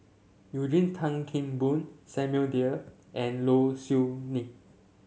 Eugene Tan Kheng Boon Samuel Dyer and Low Siew Nghee